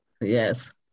Yes